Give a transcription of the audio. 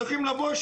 צריכים לבוא,